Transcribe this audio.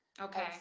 Okay